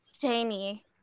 Jamie